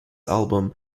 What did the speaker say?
album